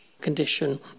condition